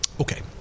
Okay